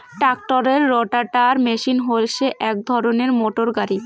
ট্রাক্টরের rotavator machine হসে এক ধরণের মোটর গাড়ি